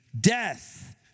death